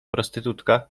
prostytutka